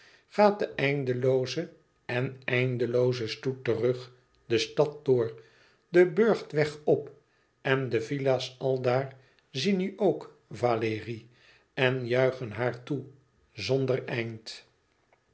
gaat de eindelooze en eindelooze stoet terug de stad door den burchtweg op en de villa's aldaar zien nu ook valérie en juichen haar toe zonder